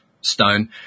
stone